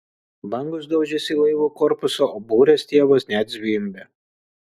bangos daužėsi į laivo korpusą o burės stiebas net zvimbė